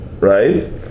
right